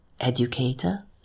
educator